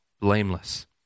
blameless